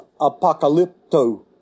apocalypto